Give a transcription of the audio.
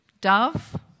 dove